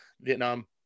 Vietnam